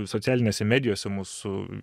socialinėse medijose mūsų